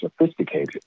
sophisticated